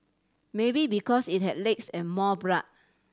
maybe because it had legs and more blood